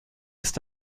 ist